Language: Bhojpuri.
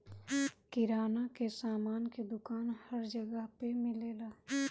किराना के सामान के दुकान हर जगह पे मिलेला